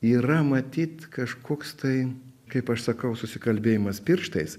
yra matyt kažkoks tai kaip aš sakau susikalbėjimas pirštais